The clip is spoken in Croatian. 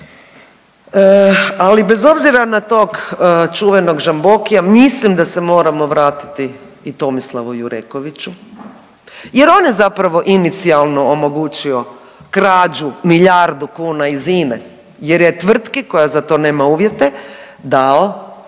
Ali, bez obzira na tog čuvenog Žambokija, mislim da se emoramo vratiti i Tomislavu Jurekoviću jer on je zapravo inicijalno omogućio krađu milijardu kuna iz INA-e jer je tvrtki koja za to nema uvjete dao